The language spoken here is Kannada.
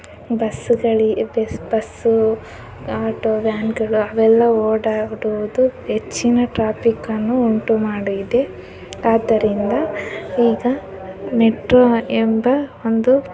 ಬಸ್ಸುಗಳಿ ಬಸ್ಸು ಆಟೋ ವ್ಯಾನ್ಗಳು ಅವೆಲ್ಲ ಓಡಾಡುವುದು ಹೆಚ್ಚಿನ ಟ್ರಾಫಿಕನ್ನು ಉಂಟು ಮಾಡಿದೆ ಆದ್ದರಿಂದ ಈಗ ಮೆಟ್ರೋ ಎಂಬ ಒಂದು